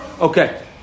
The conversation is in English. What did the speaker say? Okay